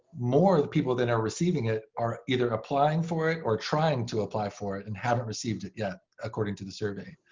more people than are receiving it are either applying for it or trying to apply for it and haven't received it yet, according to the survey.